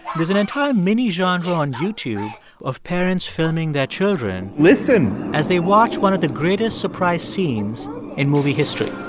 there's an entire mini-genre on youtube of parents filming their children. listen. as they watch one of the greatest surprise scenes in movie history.